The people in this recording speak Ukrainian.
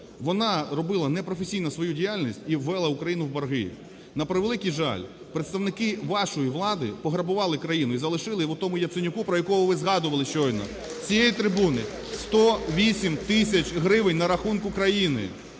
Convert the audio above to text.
вона робила непрофесійно свою діяльність і ввела Україну в борги. На превеликий жаль, представники вашої влади пограбували країну і залишили отому Яценюку, про якого ви згадували щойно з цієї трибуни, - 108 тисяч гривень на рахунку країни.